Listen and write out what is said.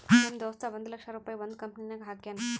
ನಮ್ ದೋಸ್ತ ಒಂದ್ ಲಕ್ಷ ರುಪಾಯಿ ಒಂದ್ ಕಂಪನಿನಾಗ್ ಹಾಕ್ಯಾನ್